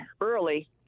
early